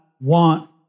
want